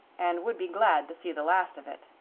and would be glad to see the last of it.